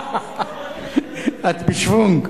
את בשוונג.